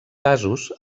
casos